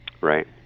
Right